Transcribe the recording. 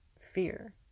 fear